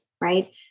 right